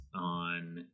on